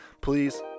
please